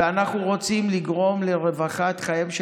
ואנחנו רוצים לגרום לרווחת חייהם של